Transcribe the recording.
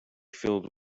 filled